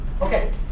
Okay